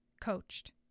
coached